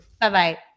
Bye-bye